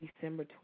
December